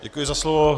Děkuji za slovo.